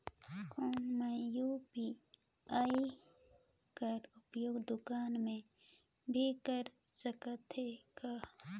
कौन मै यू.पी.आई कर उपयोग दुकान मे भी कर सकथव का?